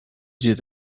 did